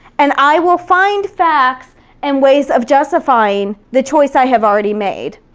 and i will find facts and ways of justifying the choice i have already made.